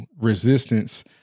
resistance